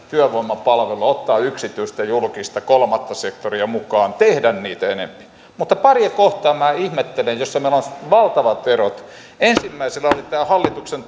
työvoimapalveluja ottaa yksityistä julkista ja kolmatta sektoria mukaan tehdä niitä enempi mutta paria kohtaa minä ihmettelen joissa meillä on valtavat erot ensimmäisenä oli tämä hallituksen